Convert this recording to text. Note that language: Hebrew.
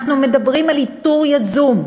אנחנו מדברים על איתור יזום: